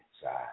inside